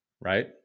right